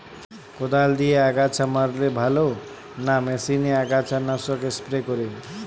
কদাল দিয়ে আগাছা মারলে ভালো না মেশিনে আগাছা নাশক স্প্রে করে?